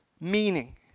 meaning